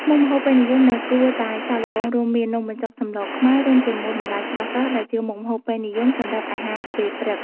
មុខម្ហូបពេញនិយមដែលគួរតែសាកល្បងរួមមាន នំបញ្ចុកសម្លរខ្មែរ រួមជាមួយបន្លែស្រស់ៗដែលជាមុខម្ហូបពេញនិយមសម្រាប់អាហារពេលព្រឹក។